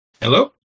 Hello